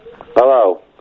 Hello